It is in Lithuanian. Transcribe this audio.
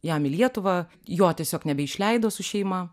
jam į lietuvą jo tiesiog nebeišleido su šeima